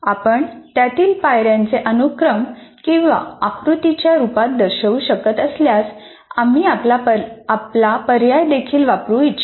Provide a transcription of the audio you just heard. आपण त्यातील पायऱ्यांचे अनुक्रम किंवा आकृतीच्या रूपात दर्शवू शकत असल्यास आम्ही आपला पर्याय देखील वापरू इच्छितो